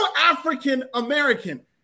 African-American